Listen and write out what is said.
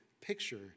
picture